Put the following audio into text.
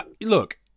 look